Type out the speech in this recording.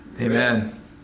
Amen